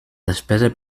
despesa